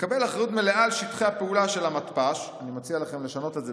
יקבל אחריות מלאה על שטחי הפעולה של מתפ"ש" אני מציע לכם לשנות את זה.